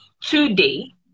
today